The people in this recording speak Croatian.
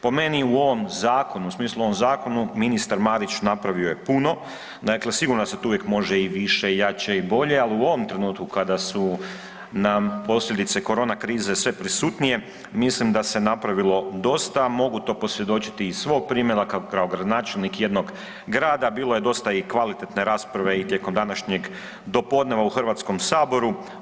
Po meni u ovom zakonu u smislu ovog zakonu, ministar Marić napravio je puno, dakle sigurno se tu uvijek može i više i jače i bolje, ali u ovom trenutku kada su nam posljedice korona krize sve prisutnije, mislim da se napravilo dosta, mogu to posvjedočiti iz svog primjera kao gradonačelnik jednog grada, bilo je dosta kvalitetne rasprave i tijekom današnjeg dopodneva u HS-u.